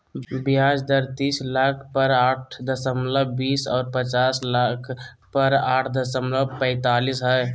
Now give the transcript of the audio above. ब्याज दर तीस लाख पर आठ दशमलब बीस और पचास लाख पर आठ दशमलब पैतालीस हइ